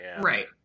Right